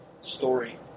Story